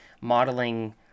modeling